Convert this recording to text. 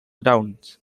grounds